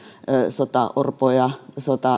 sotaorpoja